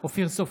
אופיר סופר,